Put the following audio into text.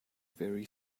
very